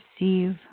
receive